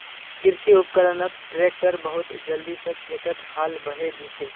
कृषि उपकरणत ट्रैक्टर बहुत जल्दी स खेतत हाल बहें दिछेक